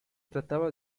trataba